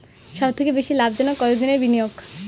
সবথেকে বেশি লাভজনক কতদিনের বিনিয়োগ?